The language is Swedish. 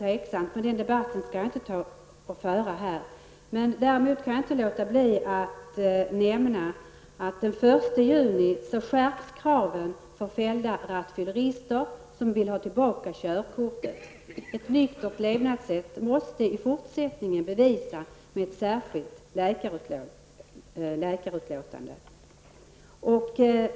Den debatten skall vi inte föra här. Däremot kan jag inte låta bli att nämna att den 1 juni skärps kraven för fällda rattfyllerister som vill ha tillbaka körkortet. Ett nyktert levnadssätt måste i fortsättningen bevisas med ett särskilt läkarutlåtande.